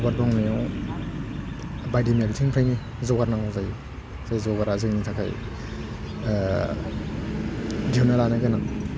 आबाद मावनायाव बायदि बिथिंफ्रायनो जगार नांगौ जायो जाय जगारा जोंनि थाखाय दिनहुनना लानो गोनां